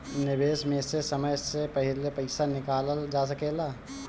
निवेश में से समय से पहले पईसा निकालल जा सेकला?